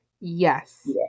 Yes